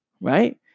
right